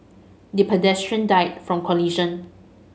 the pedestrian died from collision